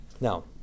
Now